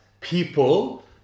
people